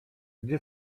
gdzie